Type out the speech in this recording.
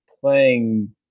playing